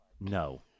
No